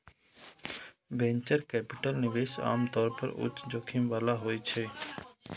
venture capital निवेश आम तौर पर उच्च जोखिम बला होइ छै